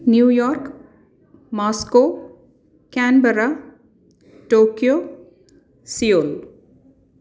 New York Moscow Canberra Tokyo Seoul